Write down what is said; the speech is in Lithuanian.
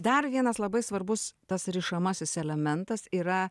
dar vienas labai svarbus tas rišamasis elementas yra